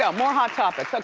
yeah more hot topics, okay.